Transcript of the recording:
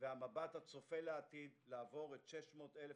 והמבט הצופה לעתיד לעבור את 600,000